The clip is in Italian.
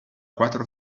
quattro